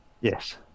Yes